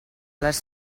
les